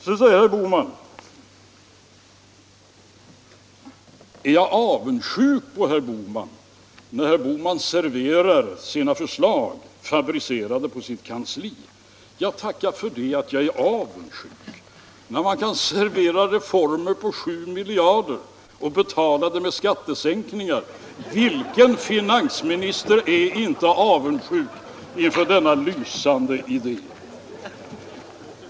Sedan frågar herr Bohman om jag är avundsjuk på honom när han serverar sina förslag, fabricerade på hans kansli. Ja, tacka för att jag är avundsjuk när man kan servera reformer på sju miljarder och betala dem med skattesänkningar. Vilken finansminister är inte avundsjuk inför denna lysande idé.